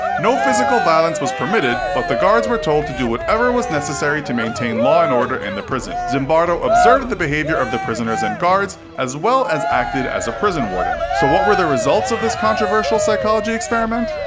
no physical violence was permitted but the guards were told to do whatever was necessary to maintain law and order in the prison. zimbardo observed the behavior of the prisoners and guards as well as acted as a prison warden. so what were the results of this controversial psychology experiment?